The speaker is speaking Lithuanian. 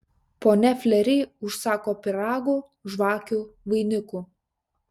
ponia fleri užsako pyragų žvakių vainikų